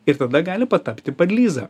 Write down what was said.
ir tada gali patapti padlyza